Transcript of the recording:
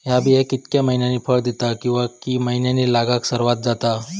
हया बिया कितक्या मैन्यानी फळ दिता कीवा की मैन्यानी लागाक सर्वात जाता?